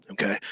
okay